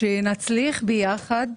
שנצליח ביחד